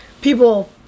people